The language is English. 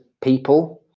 people